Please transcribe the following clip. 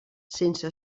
sense